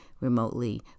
Remotely